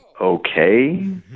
Okay